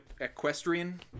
equestrian